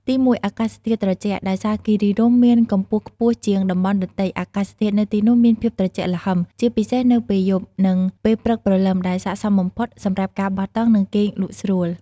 ទីមួយ អាកាសធាតុត្រជាក់ ដោយសារគិរីរម្យមានកម្ពស់ខ្ពស់ជាងតំបន់ដទៃ អាកាសធាតុនៅទីនោះមានភាពត្រជាក់ល្ហឹម ជាពិសេសនៅពេលយប់ និងពេលព្រឹកព្រលឹម ដែលស័ក្តិសមបំផុតសម្រាប់ការបោះតង់ និងគេងលក់ស្រួល។